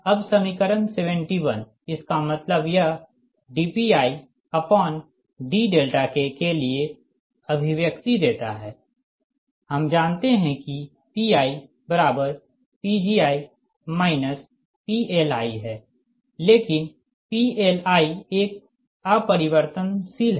अब समीकरण 71 इसका मतलब यह dPidK के लिए अभिव्यक्ति देता है हम जानते है कि PiPgi PLi हैं लेकिन PLi एक अपरिवर्तनशील है